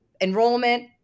enrollment